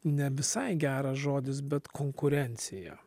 ne visai geras žodis bet konkurencija